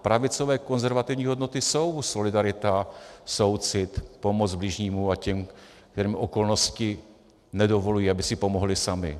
Pravicové konzervativní hodnoty jsou solidarita, soucit, pomoc bližnímu a těm, kterým okolnosti nedovolují, aby si pomohli sami.